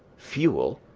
fuel,